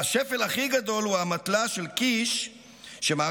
והשפל הכי גדול הוא האמתלה של קיש שמערכת